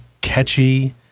catchy